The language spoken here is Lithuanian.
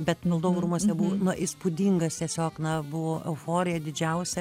bet valdovų rūmuose buvo na įspūdingas tiesiog na buvo euforija didžiausia